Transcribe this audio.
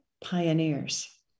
pioneers